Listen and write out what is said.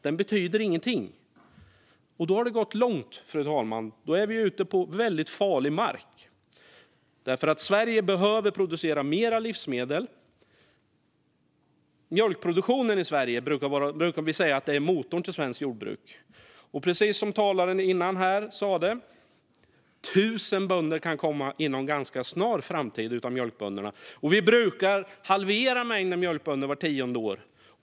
Den betyder ingenting. Då har det gått långt, fru talman. Då är vi ute på väldigt farlig mark, för Sverige behöver producera mer livsmedel. Vi brukar säga att mjölkproduktionen i Sverige är motorn i svenskt jordbruk. Precis som den tidigare talaren sa kan 1 000 mjölkbönder komma att försvinna inom en ganska snar framtid, och antalet mjölkbönder brukar halveras vart tionde år.